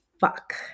fuck